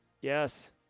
yes